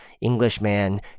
Englishman